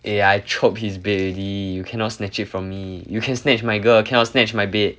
eh I chope his bed already you cannot snatch it from me you can snatch my girl cannot snatch my bed